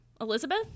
Elizabeth